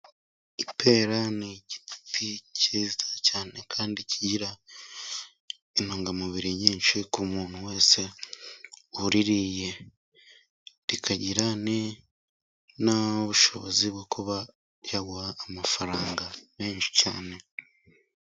Ipera ni igiti cyiza cyane kandi kigira intungamubiri nyinshi ku muntu wese uririye, rikagira n'ubushobozi bwo kuba ryaguha amafaranga menshi cyane.